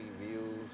views